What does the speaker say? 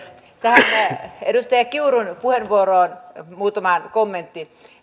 tähän edustaja kiurun puheenvuoroon muutama kommentti